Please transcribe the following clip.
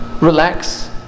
relax